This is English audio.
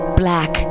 black